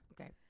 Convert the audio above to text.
Okay